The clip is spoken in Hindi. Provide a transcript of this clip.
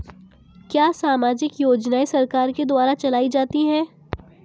क्या सामाजिक योजनाएँ सरकार के द्वारा चलाई जाती हैं?